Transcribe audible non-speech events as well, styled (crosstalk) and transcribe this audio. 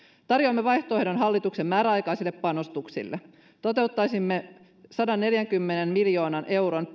tarjoamme vaihtoehdon hallituksen määräaikaisille panostuksille toteuttaisimme sadanneljänkymmenen miljoonan euron (unintelligible)